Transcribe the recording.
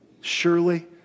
Surely